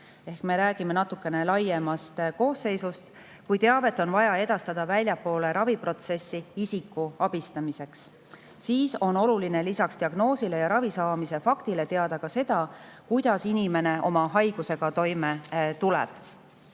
ehk me räägime nüüd natukene laiemast koosseisust. Kui teavet on vaja edastada väljapoole raviprotsessi isiku abistamiseks, siis on oluline lisaks diagnoosile ja ravi saamise faktile teada ka seda, kuidas inimene oma haigusega toime tuleb